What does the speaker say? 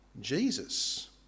Jesus